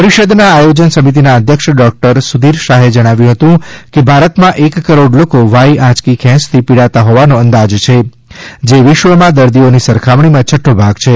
પરિષદના આયોજન સમિતિના અધ્યક્ષ ડોક્ટર સુધીર શાહે જણાવ્યું હતું કે ભારતમાં એક કરોડ લોકો વાઈ આંયકી ખેંયથી પીડાતા હોવાનો અંદાજ છે જે વિશ્વમાં દર્દીઓની સરખામણીમાં છક્રો ભાગ છે